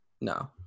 No